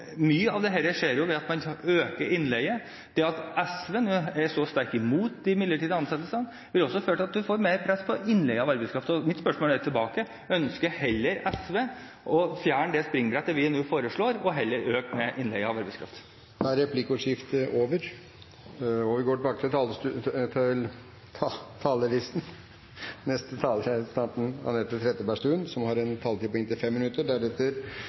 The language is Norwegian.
mye av dette skjer ved at man øker innleie. Det at SV nå er så sterkt imot midlertidige ansettelser, vil også føre til at man får mer press på innleie av arbeidskraft. Mitt spørsmål tilbake er: Ønsker SV å fjerne det springbrettet vi nå foreslår, og heller øke innleie av arbeidskraft? Replikkordskiftet er omme. Det har nå gått ett år – et helt år har gått med ny regjering, uten at noen ting har